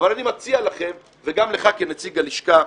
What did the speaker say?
אבל אני מציע לכם, וגם לך כנציג הלשכה,